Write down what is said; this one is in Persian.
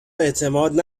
اعتماد